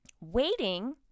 waiting